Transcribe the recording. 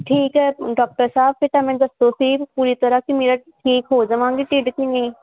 ਠੀਕ ਹੈ ਡਾਕਟਰ ਸਾਹਿਬ ਬੇਟਾ ਤੁਸੀਂ ਪੂਰੀ ਤਰ੍ਹਾਂ ਸੀ ਮੇਰਾ ਠੀਕ ਹੋ ਜਾਵਾਂਗੀ ਨਹੀਂ